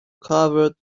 covered